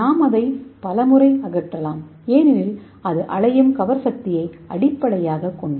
நாம் அதை பல முறை அகற்றலாம் ஏனெனில் இது அலையும் சுவர்சக்தியை அடிப்படையாகக் கொண்டது